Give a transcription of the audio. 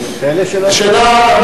השאלה,